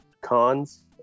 cons